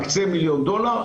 מקצים מיליון דולר.